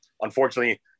Unfortunately